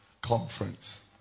Conference